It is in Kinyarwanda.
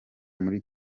muri